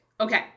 Okay